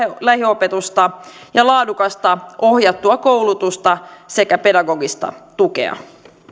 lähiopetusta ja laadukasta ohjattua koulutusta sekä pedagogista tukea